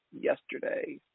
yesterday